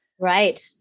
Right